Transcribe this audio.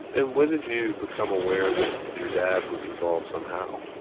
and when did you become aware that your dad was involved somehow?